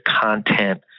content